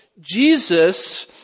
Jesus